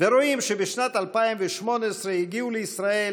ורואים שבשנת 2018 הגיעו לישראל